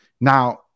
Now